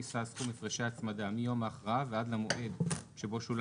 יישא סכום הפרשי הצמדה מיום ההכרעה ועד למועד שבו שולם